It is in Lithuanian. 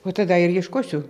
o tada ir ieškosiu